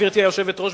גברתי היושבת-ראש,